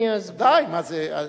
ודאי, מה זה.